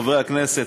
חברי הכנסת,